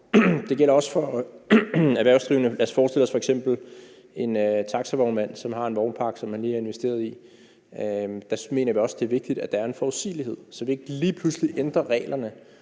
Det gælder også for erhvervsdrivende. Lad os f.eks. forestille os en taxavognmand, som har en vognpark, som han lige har investeret i. Der mener vi, det er vigtigt, at der også er en forudsigelighed, altså at vi ikke lige pludselig ændrer reglerne,